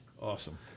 Awesome